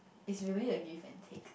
it's really a give and take